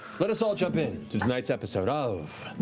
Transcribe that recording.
let us all jump in to tonight's episode of